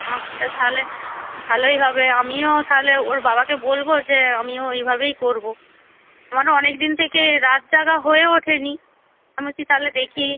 আচ্ছা তাহলে ভালোই হবে আমিও তাহলে ওর বাবাকে বলব যে আমিও ওইভাবেই করব আমারও অনেক দিন থেকে রাত জাগা হয়ে ওঠেনি আমি বলছি তাহলে দেখি